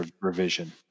revision